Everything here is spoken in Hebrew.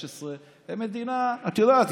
הם מכרו לסעודיה F-15. את יודעת,